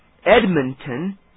Edmonton